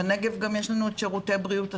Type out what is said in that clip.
יש בנגב גם את שירותי בריאות התלמיד,